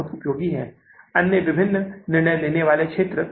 तो शुरुआती नकदी शेष क्या है जो कि जून महीने के लिए समापन नकदी शेष है